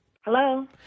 Hello